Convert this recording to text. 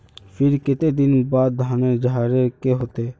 फिर केते दिन बाद धानेर झाड़े के होते?